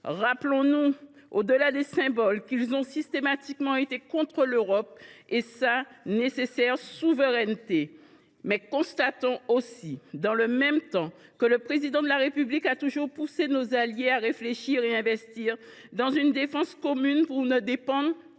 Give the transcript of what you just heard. Rappelons nous, au delà des symboles, qu’ils ont systématiquement été contre l’Europe et sa nécessaire souveraineté. Mais constatons aussi, dans le même temps, que le Président de la République a toujours poussé nos alliés à réfléchir à une défense commune et à investir